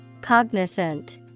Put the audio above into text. Cognizant